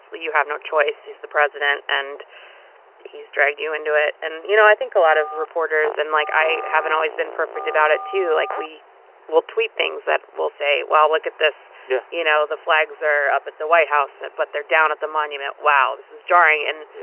you have no choice. he's the president, and he's dragged you into it. and, you know, i think a lot of reporters and, like, i haven't always been perfect about it too. like, we will tweet things that we'll say, wow, look at this yeah you know, the flags are up at the white house, but they're down at the monument. wow, this is jarring. and. yeah.